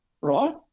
Right